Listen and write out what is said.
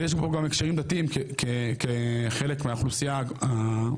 ויש פה גם הקשרים דתיים כחלק מהאוכלוסייה המשמעותי